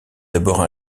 d’abord